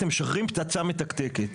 אתם משחררים פצצה מתקתקת,